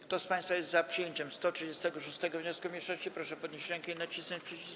Kto z państwa jest za przyjęciem 141. wniosku mniejszości, proszę podnieść rękę i nacisnąć przycisk.